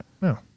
No